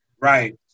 Right